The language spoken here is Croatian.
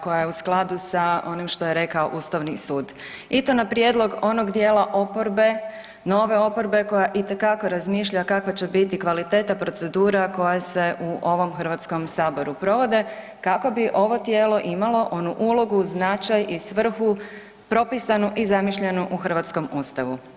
koja je u skladu sa onim što je rekao ustavni sud i to na prijedlog onog dijela oporbe, nove oporbe koja itekako razmišlja kakva će biti kvaliteta procedura koja se u ovom HS provodi kako bi ovo tijelo imalo onu ulogu, značaj i svrhu propisanu i zamišljenu u hrvatskom ustavu.